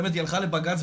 באמת היא הלכה לבג"ץ,